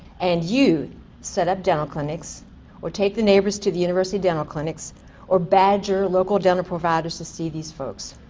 and you set up dental clinics or take the neighbors to the university dental clinics or badger local dental providers to see these folks.